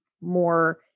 more